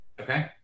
Okay